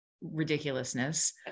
ridiculousness